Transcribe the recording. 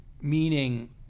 meaning